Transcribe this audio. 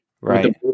Right